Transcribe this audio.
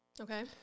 Okay